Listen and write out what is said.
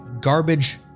garbage